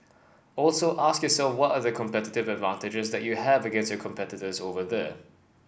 also ask yourself what are the competitive advantages that you have against your competitors over there